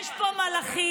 יש לה עוד זמן.